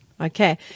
Okay